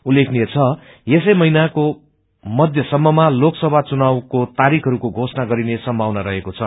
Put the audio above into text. उल्लेखनीय छ यसै महिनाको मध्य सम्ममा लोकसभा चुनावहरूको तारीखहरूको घोषणा गरिने सम्मावना रहेको छ